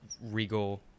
regal